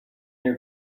your